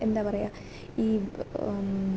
എന്താണു പറയുക ഈ